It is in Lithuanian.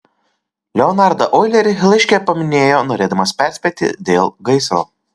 leonardą oilerį laiške paminėjo norėdamas perspėti dėl gaisro